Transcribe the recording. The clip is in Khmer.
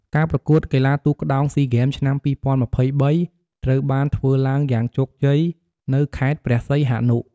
ការប្រកួតកីឡាទូកក្ដោងស៊ីហ្គេមឆ្នាំ២០២៣ ត្រូវបានធ្វើឡើងយ៉ាងជោគជ័យនៅខេត្តព្រះសីហនុ។